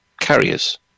carriers